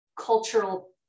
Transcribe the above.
cultural